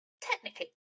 technically